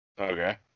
Okay